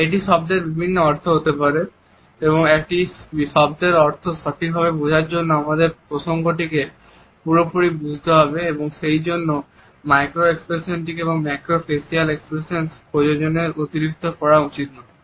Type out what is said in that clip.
একটি শব্দের বিভিন্ন অর্থ হতে পারে এবং একটি শব্দের অর্থ সঠিক ভাবে বোঝার জন্য আমাদের প্রসঙ্গটিকে পুরোপুরি ভাবে বুঝতে হবে এবং সেই জন্য মাইক্রো এক্সপ্রেশনস বা ম্যাক্রো ফেসিয়াল এক্সপ্রেশন প্রয়োজনের অতিরিক্ত পড়া উচিত নয়